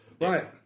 Right